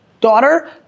daughter